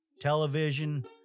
Television